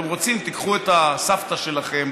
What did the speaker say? אתם רוצים, תיקחו את הסבתא שלכם.